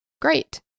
Great